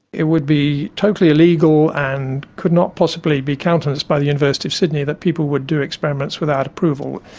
it would be totally illegal and could not possibly be countenanced by the university of sydney that people would do experiments without approval.